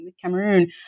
Cameroon